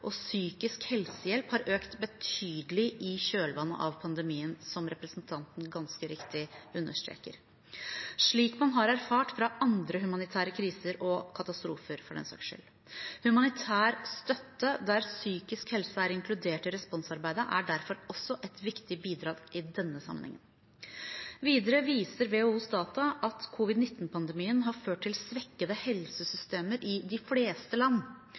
og psykisk helsehjelp har økt betydelig i kjølvannet av pandemien, som representanten ganske riktig understreker, og slik man har erfart fra andre humanitære kriser og katastrofer, for den saks skyld. Humanitær støtte der psykisk helse er inkludert i responsarbeidet er derfor også et viktig bidrag i denne sammenhengen. Videre viser WHOs data at covid-19-pandemien har ført til svekkede helsesystemer i de fleste land,